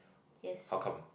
yes